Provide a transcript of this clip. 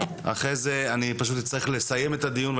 אחרי זה אני אצטרך לסיים את הדיון,